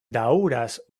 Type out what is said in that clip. daŭras